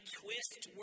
twist